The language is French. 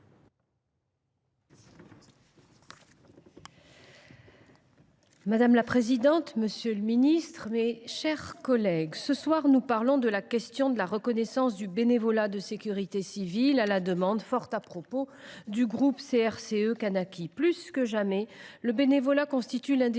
Madame la présidente, monsieur le ministre, mes chers collègues, ce soir, nous parlons reconnaissance du bénévolat de sécurité civile, à la demande, fort à propos, du groupe CRCE K. Plus que jamais, le bénévolat constitue l’un